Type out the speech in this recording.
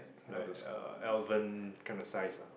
like uh Elvain kind of size ah